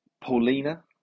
Paulina